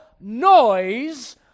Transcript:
noise